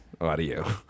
audio